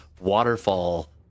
waterfall